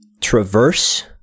traverse